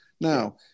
Now